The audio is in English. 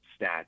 stats